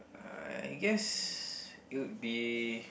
I guess it'll be